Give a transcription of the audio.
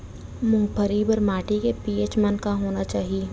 मूंगफली बर माटी के पी.एच मान का होना चाही?